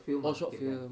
orh short film